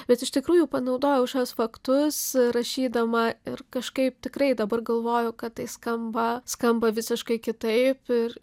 bet iš tikrųjų panaudojau šiuos faktus rašydama ir kažkaip tikrai dabar galvoju kad tai skamba skamba visiškai kitaip ir